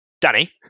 Danny